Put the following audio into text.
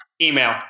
Email